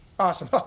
Awesome